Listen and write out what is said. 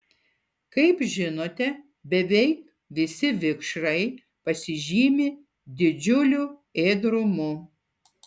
kaip žinote beveik visi vikšrai pasižymi didžiuliu ėdrumu